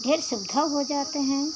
ढेर सुविधा हो जाते हैं